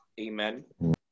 Amen